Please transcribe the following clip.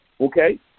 okay